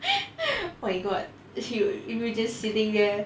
oh my god if you if you just sitting there